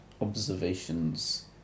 observations